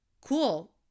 Cool